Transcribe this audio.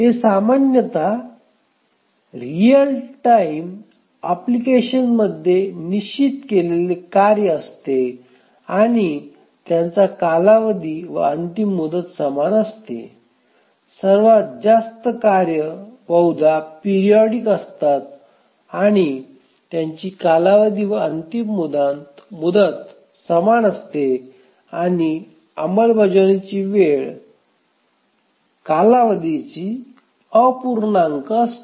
हे सामान्यत real time अनुप्रयोगामध्ये निश्चित केलेले कार्य असते आणि त्यांचा कालावधी व अंतिम मुदत समान असते सर्वात जास्त कार्य बहुधा पेरियॉडिक असतात आणि त्यांची कालावधी व अंतिम मुदत समान असते आणि अंमलबजावणीची वेळ कालावधीची अपूर्णांक असते